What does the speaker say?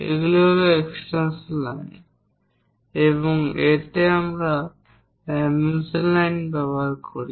এগুলি হল extension line এবং এতে আমরা ডাইমেনশন লাইন ব্যবহার করি